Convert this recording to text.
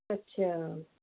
ਅੱਛਾ